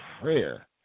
prayer